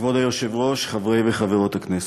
כבוד היושב-ראש, חברי וחברות הכנסת,